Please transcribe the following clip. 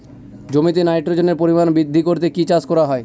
জমিতে নাইট্রোজেনের পরিমাণ বৃদ্ধি করতে কি চাষ করা হয়?